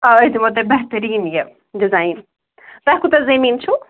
آ أسۍ دِمو تۄہہِ بہتریٖن یہِ ڈِزایِن تۄہہِ کوتاہ زمیٖن چھُو